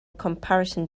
comparison